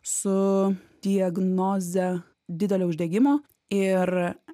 su diagnoze didelio uždegimo ir